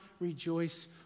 rejoice